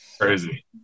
Crazy